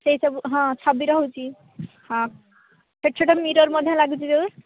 ସେହିସବୁ ହଁ ଛବି ରହୁଛି ହଁ ଛୋଟ ଛୋଟ ମିରର୍ ମଧ୍ୟ ଲାଗୁଛି ଯେଉଁ